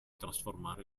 trasformare